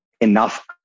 enough